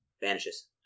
vanishes